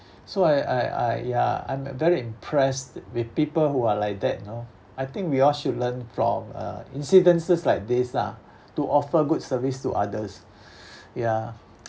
so I I I yeah I am very impressed with people who are like that you know I think we all should learn from uh incidences like this lah to offer good service to others ya